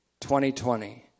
2020